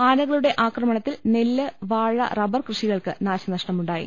ആനകളുടെ ആക്രമണ ത്തിൽ നെല്ല് വാഴ റബ്ബർ കൃഷികൾക്ക് നാശ നഷ്ടമുണ്ടായി